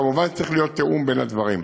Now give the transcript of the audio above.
מובן שצריך להיות תיאום בין הדברים.